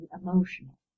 emotional